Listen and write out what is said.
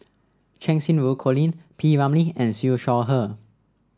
Cheng Xinru Colin P Ramlee and Siew Shaw Her